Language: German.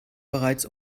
bereits